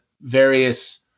various